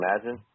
imagine